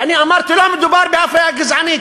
ואני אמרתי: לא מדובר באפליה גזענית,